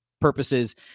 purposes